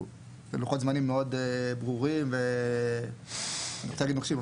לוחות זמנים מאוד ברורים ואני רוצה להגיד נוקשים,